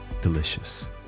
delicious